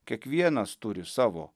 kiekvienas turi savo